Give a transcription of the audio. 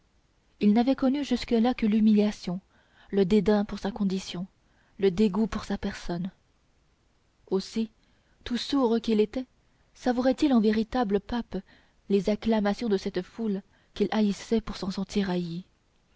il n'avait connu jusque-là que l'humiliation le dédain pour sa condition le dégoût pour sa personne aussi tout sourd qu'il était savourait il en véritable pape les acclamations de cette